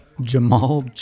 Jamal